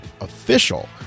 official